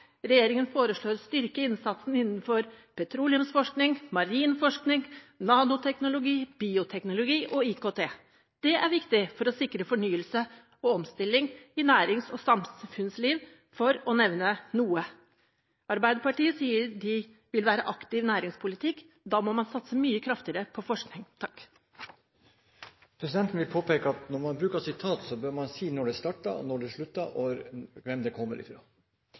Regjeringen foreslår å styrke innsatsen innenfor petroleumsforskning, marin forskning, nanoteknologi, bioteknolog og IKT. Det er viktig for å sikre fornyelse og omstilling i nærings- og samfunnsliv, for å nevne noe. Arbeiderpartiet sier de vil være aktiv i næringspolitikken. Da må man satse mye kraftigere på forskning. Presidenten vil påpeke at når man siterer, bør man si når sitatet starter, når det slutter og hvor det kommer